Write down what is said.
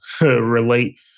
relate